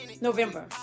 November